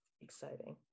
Exciting